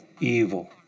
evil